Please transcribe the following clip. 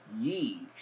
ye